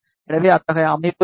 எனவே அத்தகைய அமைப்பு ஐ